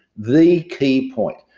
the key point,